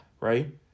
Right